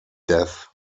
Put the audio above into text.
death